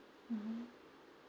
mmhmm